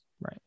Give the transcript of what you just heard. Right